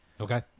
Okay